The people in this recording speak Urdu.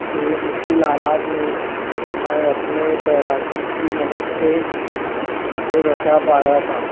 تو یہ مشکل حالات میں میں اپنے تیراکی کی مدد سے اسے بچا پایا تھا